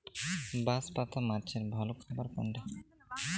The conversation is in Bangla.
বাঁশপাতা মাছের ভালো খাবার কোনটি?